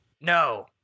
No